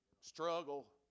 Struggle